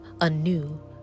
anew